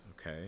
okay